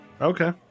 Okay